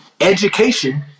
Education